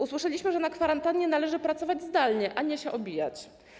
Usłyszeliśmy, że na kwarantannie należy pracować zdalnie, a nie się obijać.